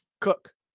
cook